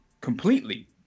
completely